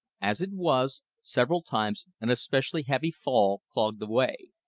as it was, several times an especially heavy fall clogged the way.